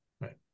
right